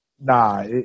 nah